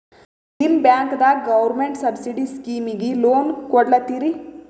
ನಿಮ ಬ್ಯಾಂಕದಾಗ government subsidy ಸ್ಕೀಮಿಗಿ ಲೊನ ಕೊಡ್ಲತ್ತೀರಿ?